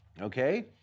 okay